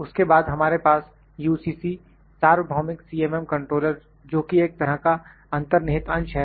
उसके बाद हमारे पास यूसीसी UCC सार्वभौमिक CMM कंट्रोलर जो कि एक तरह का अंतर्निहित अंश है